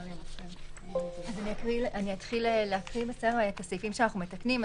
אני אתחיל להקריא את הסעיפים שאנחנו מתקנים.